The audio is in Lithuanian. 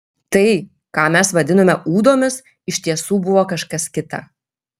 tai ką mes vadinome ūdomis iš tiesų buvo kažkas kita